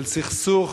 של סכסוך,